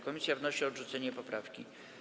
Komisja wnosi o odrzucenie poprawki.